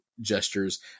gestures